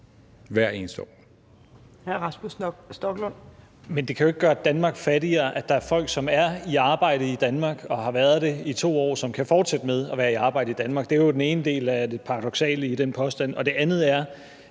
Stoklund. Kl. 14:37 Rasmus Stoklund (S): Men det kan jo ikke gøre Danmark fattigere, at der er folk, som er i arbejde i Danmark og har været det i 2 år, og som kan fortsætte med at være i arbejde i Danmark. Det er den ene del af det paradoksale i den påstand. Det andet er,